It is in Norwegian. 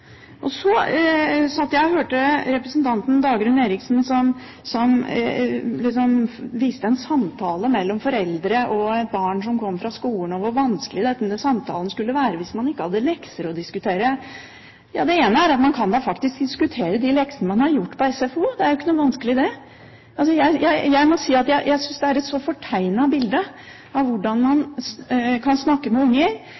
Så satt jeg og hørte på representanten Dagrun Eriksen, som viste til en samtale mellom foreldre og et barn som kom fra skolen, og hvor vanskelig denne samtalen kunne være hvis man ikke hadde lekser å diskutere. Man kan faktisk diskutere de leksene man har gjort på SFO – det er jo ikke vanskelig! Jeg må si at jeg synes dette er et fortegnet bilde av hvordan man